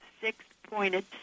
six-pointed